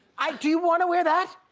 ah do you wanna wear that?